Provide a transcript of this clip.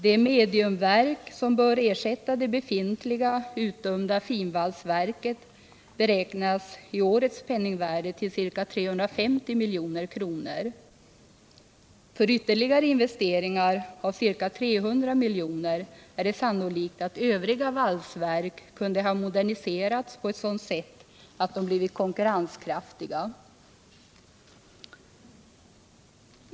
Det mediumverk som bör ersätta det befintliga, utdömda finvalsverket beräknas i årets penningvärde kosta ca 350 milj.kr. Med ytterligare investeringar av ca 300 milj.kr. är det sannolikt att övriga valsverk hade kunnat moderniseras på ett sådant sätt att de blivit konkurrenskraftiga.